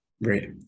Right